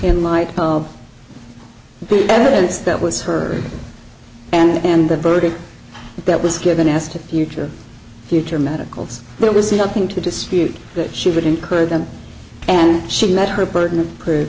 in light of the evidence that was her and the verdict that was given as to future future medicals there was nothing to dispute that she would incur them and she met her burden of proof